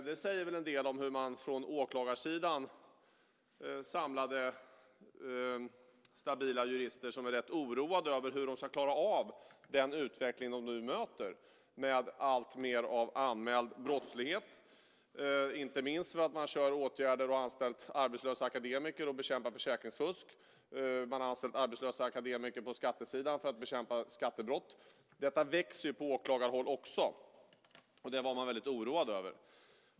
Det säger väl en del om hur oroade åklagarsidans samlade stabila jurister är för hur de ska klara av den utveckling de nu möter med alltmer av anmäld brottslighet, inte minst för att man kör åtgärder och har anställt arbetslösa akademiker för att bekämpa försäkringsfusk och anställt arbetslösa akademiker på skattesidan för att bekämpa skattebrott. Detta växer ju på åklagarhåll också. Det var man väldigt oroad över.